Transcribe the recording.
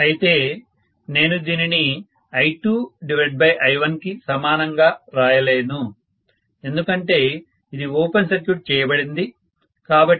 అయితే నేను దీనిని I2I1కి సమానంగా రాయలేను ఎందుకంటే ఇది ఓపెన్ సర్క్యూట్ చేయబడింది కాబట్టి